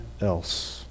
else